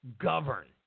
govern